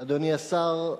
אדוני השר,